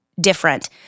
different